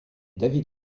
david